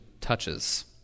touches